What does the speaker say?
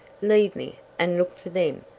leave me, and look for them.